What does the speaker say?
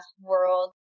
world